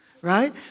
right